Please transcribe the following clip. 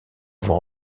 vont